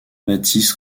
bâtisse